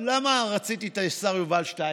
למה רציתי את השר יובל שטייניץ?